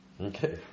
okay